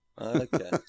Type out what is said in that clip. Okay